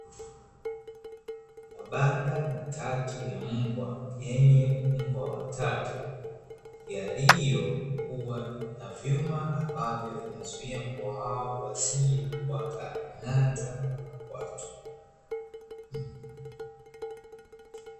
Mabanda matatu ya mbwa yenye mbwa watatu yaliyokuwa na vyuma ambavyo vinazuia mbwa hao wasije kung'ata watu.